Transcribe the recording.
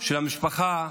של המשפחה,